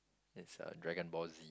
that's uh dragon ball Z